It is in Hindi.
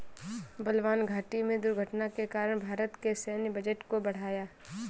बलवान घाटी में दुर्घटना के कारण भारत के सैन्य बजट को बढ़ाया